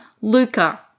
Luca